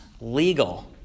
legal